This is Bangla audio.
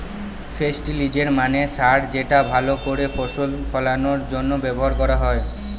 ফেস্টিলিজের মানে সার যেটা ভাল করে ফসল ফলানোর জন্য ব্যবহার করা হয়